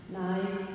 nice